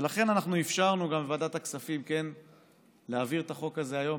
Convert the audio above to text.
ולכן אנחנו אפשרנו גם בוועדת הכספים להעביר את החוק הזה היום.